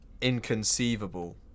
inconceivable